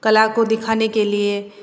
कला को दिखाने के लिए